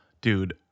Dude